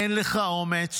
אין לך אומץ